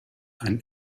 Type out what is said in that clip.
ein